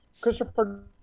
Christopher